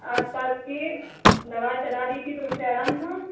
आसपास के दवा चला रही थीं तो उससे आराम था